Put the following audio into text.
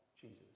Jesus